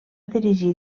dirigir